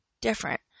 different